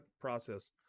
process